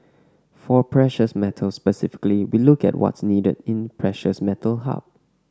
for precious metals specifically we look at what's needed in precious metal hub